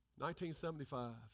1975